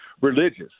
religious